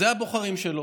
אלה הבוחרים שלו.